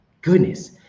goodness